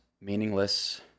meaningless